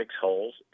holes